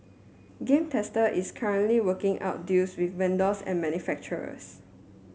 Game Tester is currently working out deals with vendors and manufacturers